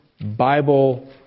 Bible